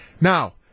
Now